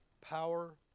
Power